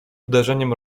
uderzeniem